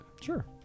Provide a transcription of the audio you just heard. Sure